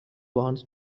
wants